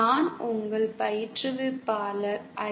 நான் உங்கள் பயிற்றுவிப்பாளர் ஐ